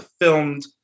filmed